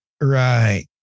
right